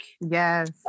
Yes